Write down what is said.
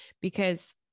because-